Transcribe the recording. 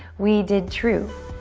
we did true.